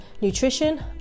nutrition